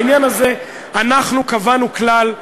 בעניין הזה אנחנו קבענו כלל שאומר: